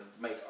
make